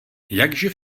jakživ